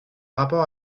rapport